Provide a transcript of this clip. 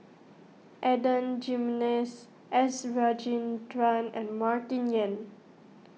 Adan Jimenez S Rajendran and Martin Yan